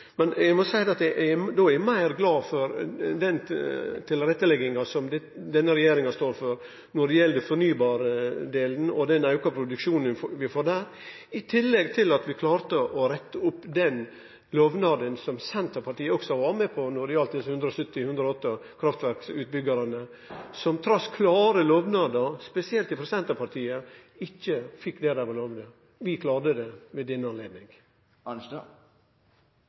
Eg må seie at eg er meir glad for den tilrettelegginga som denne regjeringa står for når det gjeld fornybardelen og den auka produksjonen ein får til der. I tillegg klarte vi å rette opp lovnaden som Senterpartiet også var med på når det gjaldt desse 170–180 kraftverksutbyggjarane, som trass i klare lovnader – spesielt frå Senterpartiet – ikkje fekk det dei var lova. Vi klarte det ved denne